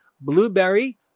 blueberry